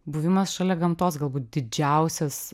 buvimas šalia gamtos galbūt didžiausias